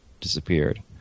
disappeared